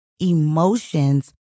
emotions